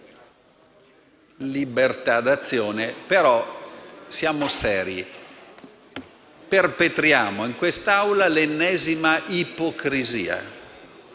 libertà d'azione, però siamo seri: perpetriamo in quest'Aula l'ennesima ipocrisia;